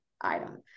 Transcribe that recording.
item